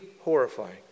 horrifying